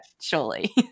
surely